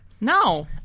No